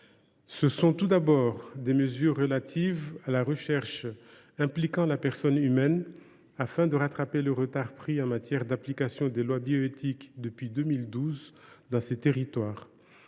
Il s’agit tout d’abord de mesures relatives à la recherche impliquant la personne humaine, afin de rattraper le retard pris dans l’application des lois bioéthiques depuis 2012 dans ces territoires.